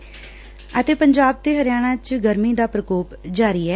ਪੰਜਾਬ ਤੇ ਹਰਿਆਣਾ 'ਚ ਗਰਮੀ ਦਾ ਪਰਕੋਪ ਜਾਰੀ ਏ